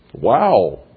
Wow